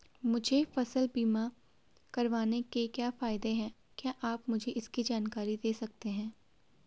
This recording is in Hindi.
मुझे फसल बीमा करवाने के क्या फायदे हैं क्या आप मुझे इसकी जानकारी दें सकते हैं?